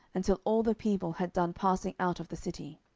until all the people had done passing out of the city.